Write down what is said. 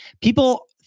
people